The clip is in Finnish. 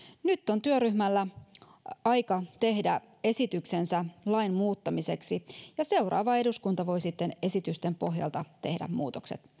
nyt on työryhmällä aika tehdä esityksensä lain muuttamiseksi ja seuraava eduskunta voi sitten esitysten pohjalta tehdä muutokset